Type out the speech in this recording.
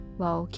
wow